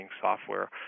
software